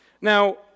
Now